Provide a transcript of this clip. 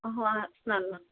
हं हो